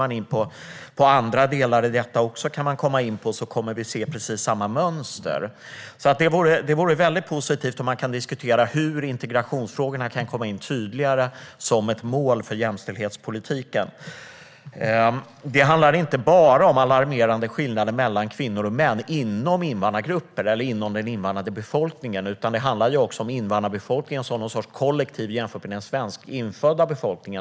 Man kan komma in även på andra delar och se precis samma mönster. Det vore alltså väldigt positivt om man kunde diskutera hur integrationsfrågorna tydligare kan komma in som ett mål för jämställdhetspolitiken. Det handlar inte bara om alarmerande skillnader mellan kvinnor och män inom invandrargrupper eller inom den invandrade befolkningen; det handlar också om invandrarbefolkningen som någon sorts kollektiv jämfört med den infödda befolkningen.